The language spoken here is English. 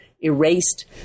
erased